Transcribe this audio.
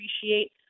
appreciate